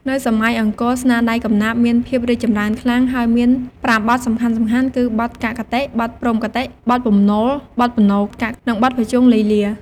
ក្នុងសម័យអង្គរ ស្នាដៃកំណាព្យមានភាពរីកចម្រើនខ្លាំង ហើយមាន ៥ បទសំខាន់ៗគឺ បទកាកគតិ, បទព្រហ្មគីតិ, បទពំនោល, បទបន្ទោកាក, និង បទភុជង្គលីលា។